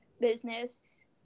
business